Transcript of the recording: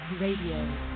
Radio